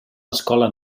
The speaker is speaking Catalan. escola